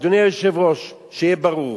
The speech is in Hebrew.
אדוני היושב-ראש, שיהיה ברור,